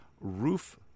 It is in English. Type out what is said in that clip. roof